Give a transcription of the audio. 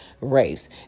race